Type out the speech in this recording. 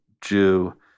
Jew